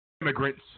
immigrants